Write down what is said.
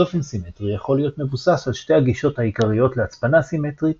צופן סימטרי יכול להיות מבוסס על שתי הגישות העיקריות להצפנה סימטרית